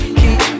keep